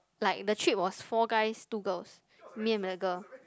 like the trip was four guys two girls me and the girl